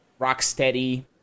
Rocksteady